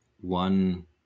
one